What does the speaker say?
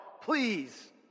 please